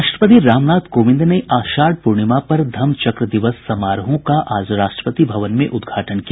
राष्ट्रपति रामनाथ कोविंद ने आषाढ़ पूर्णिमा पर धम्म चक्र दिवस समारोहों का आज राष्ट्रपति भवन से उद्घाटन किया